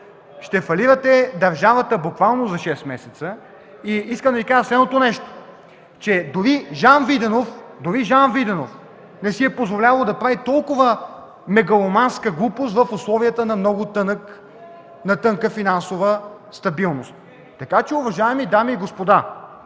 ще фалирате държавата буквално за 6 месеца. И искам да Ви кажа следното нещо, че дори Жан Виденов не си е позволявал да прави толкова мегаломанска глупост в условията на много тънка финансова стабилност. Уважаеми дами и господа,